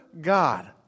God